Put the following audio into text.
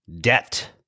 debt